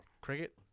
Cricket